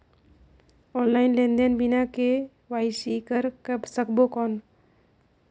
Online लेनदेन बिना KYC कर सकबो कौन??